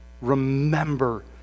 Remember